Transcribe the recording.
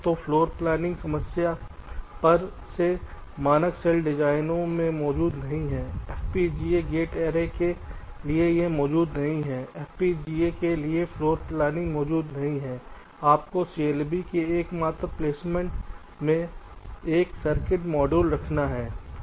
तो फ़्लोरप्लेनिंग समस्या पर से मानक सेल डिज़ाइनों में मौजूद नहीं है FPGA गेट एरे के लिए यह मौजूद नहीं है FPGA के लिए फ्लोरप्लानिंग मौजूद नहीं है आपको CLB के एकमात्र प्लेसमेंट में एक सर्किट मॉड्यूल रखना है